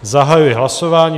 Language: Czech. Zahajuji hlasování.